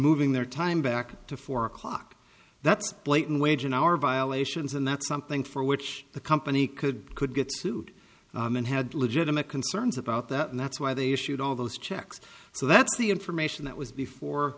moving their time back to four o'clock that's blatant wage an hour violations and that's something for which the company could could get sued and had legitimate concerns about that and that's why they issued all those checks so that's the information that was before